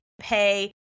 pay